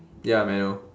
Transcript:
ya menu